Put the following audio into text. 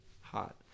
Hot